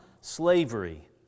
slavery